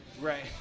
right